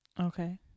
Okay